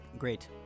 Great